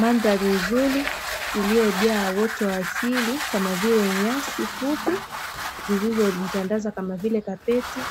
Mandhari nzuri iliyojaa uoto wa asili kama vile nyasi fupi, zilizojitandaza kama vile kapeti